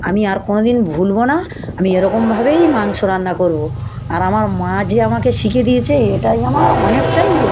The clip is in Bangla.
আমি আর কোনো দিন ভুলব না আমি এরকমভাবেই মাংস রান্না করব আর আমার মা যে আমাকে শিখিয়ে দিয়েছে এটাই আমার অনেকটাই ও